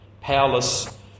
powerless